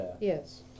Yes